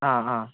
ആഹ് ആഹ്